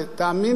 תאמין לי,